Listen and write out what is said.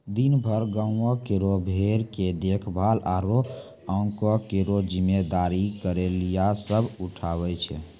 दिनभर गांवों केरो भेड़ के देखभाल आरु हांके केरो जिम्मेदारी गड़ेरिया सब उठावै छै